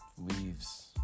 leaves